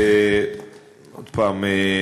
עוד פעם,